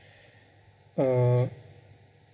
uh